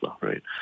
right